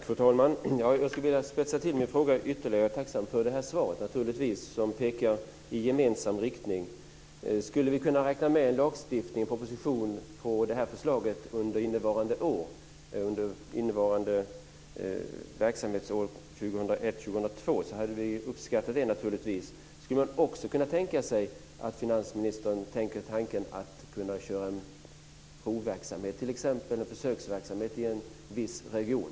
Fru talman! Jag skulle vilja spetsa till min fråga ytterligare. Jag är naturligtvis tacksam för det här svaret, som pekar i en gemensam riktning. Skulle vi kunna räkna med en lagstiftning eller en proposition utifrån det här förslaget under innevarande verksamhetsår 2001/02 skulle vi naturligtvis uppskatta det. Skulle man också kunna tänka sig att finansministern tänker tanken att köra en provverksamhet i en viss region?